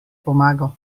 pomagal